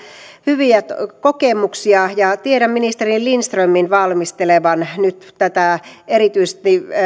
hyviä kokemuksia ja tiedän ministeri lindströmin valmistelevan nyt erityisesti